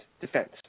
defense